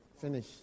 Finish